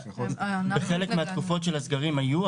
בחלק מהתקופות של הסגרים היו,